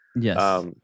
yes